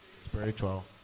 Spiritual